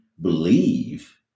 believe